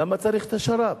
למה צריך את השר"פ?